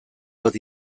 bat